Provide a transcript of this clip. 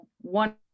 one